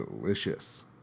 delicious